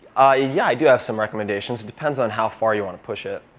yeah i do have some recommendations. it depends on how far you want to push it.